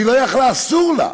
והיא לא יכולה, אסור לה,